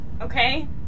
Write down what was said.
okay